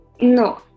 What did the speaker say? No